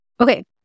Okay